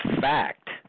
fact